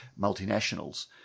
multinationals